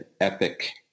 epic